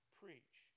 preach